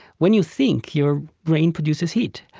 when you think, your brain produces heat.